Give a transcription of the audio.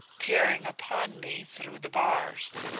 peering upon me through the bars.